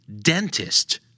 dentist